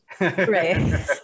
Right